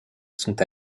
sont